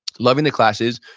loving the classes.